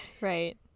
Right